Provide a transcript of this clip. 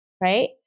right